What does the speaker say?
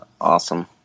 Awesome